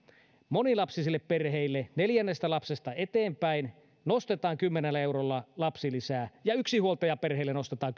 monilapsisille perheille neljännestä lapsesta eteenpäin nostetaan lapsilisää kymmenellä eurolla ja yksinhuoltajaperheille nostetaan